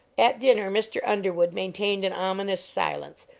at dinner mr. underwood maintained an ominous silence,